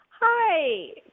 Hi